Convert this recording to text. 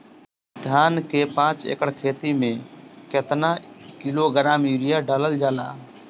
धान के पाँच एकड़ खेती में केतना किलोग्राम यूरिया डालल जाला?